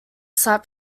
slap